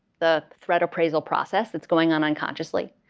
the threat appraisal process that's going on unconsciously,